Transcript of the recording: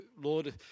Lord